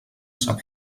sap